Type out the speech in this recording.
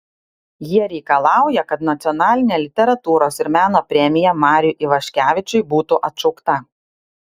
jie reikalauja kad nacionalinė literatūros ir meno premija mariui ivaškevičiui būtų atšaukta